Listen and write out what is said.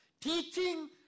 teaching